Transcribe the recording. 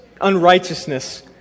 unrighteousness